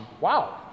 wow